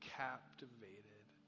captivated